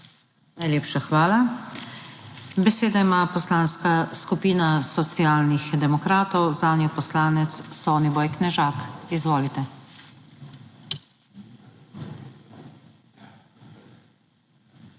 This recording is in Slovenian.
Hvala lepa. Besedo ima Poslanska skupina Socialnih demokratov, zanjo poslanec Soniboj Knežak. Izvolite.